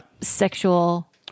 sexual